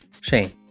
shane